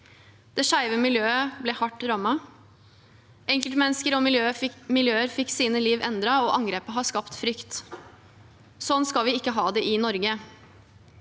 Det skeive miljøet ble hardt rammet. Enkeltmennesker og miljøer fikk sine liv endret, og angrepet har skapt frykt. Slik skal vi ikke ha det i Norge.